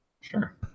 sure